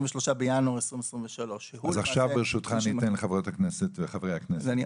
בינואר 2023. עכשיו ברשותך אני אתן לחברי הכנסת לדבר.